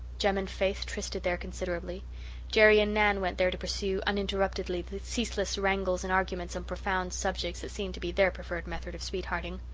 jem and faith trysted there considerably jerry and nan went there to pursue uninterruptedly the ceaseless wrangles and arguments on and profound subjects that seemed to be their preferred method of sweethearting.